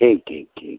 ठीक ठीक ठीक